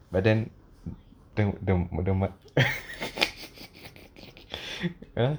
but then then might !huh!